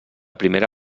primera